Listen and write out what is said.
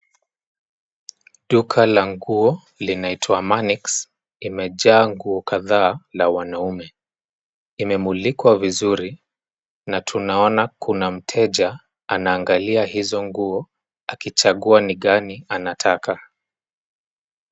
Duka la nguo linaitwa Manix , limejaa nguo kadhaa la wanaume. Limemulikwa vizuri na tunaona kuna mteja anangalia hizo nguo akichagua ni gani anataka.